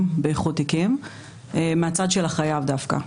באיחוד תיקים מהצד של החייב דווקא.